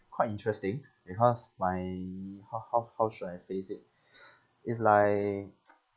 quite interesting because my how how how should I phrase it it's like